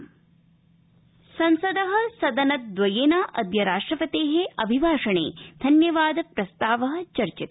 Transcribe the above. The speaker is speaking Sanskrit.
संसद संसद सदनद्वयेन अद्य राष्ट्रपते अभिभाषणे धन्यवादप्रस्ताव प्रारब्ध